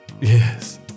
yes